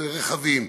ברכבים,